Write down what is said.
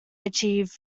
achieved